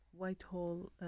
Whitehall